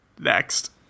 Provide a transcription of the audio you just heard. Next